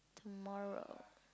tomorrow